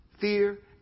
fear